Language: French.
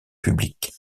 publique